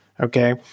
Okay